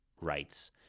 rights